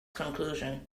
conclusion